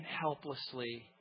helplessly